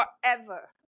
forever